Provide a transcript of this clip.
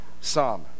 Psalm